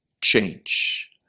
change